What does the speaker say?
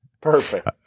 Perfect